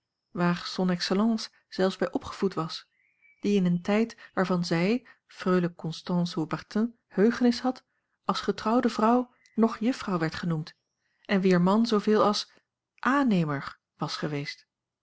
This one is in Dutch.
waar son excellence zelfs bij opgevoed was die in een tijd waarvan zij freule constance haubertin heugenis had als getrouwde vrouw nog juffrouw werd genoemd en wier man zooveel als aannemer was geweest